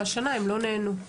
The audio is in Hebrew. והשנה הם לא נהנו,